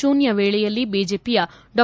ಶೂನ್ಥವೇಳೆಯಲ್ಲಿ ಬಿಜೆಪಿಯ ಡಾ